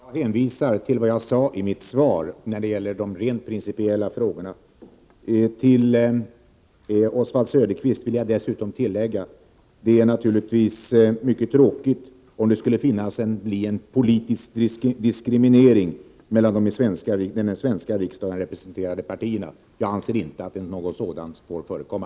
Herr talman! Jag hänvisar till vad jag sade i mitt svar när det gäller de rent principiella frågorna. Jag vill dessutom tillägga att det naturligtvis vore mycket tråkigt om det skulle ske en politisk diskriminering av något av de i den svenska riksdagen representerade partierna. Jag anser inte att något sådant skall få förekomma.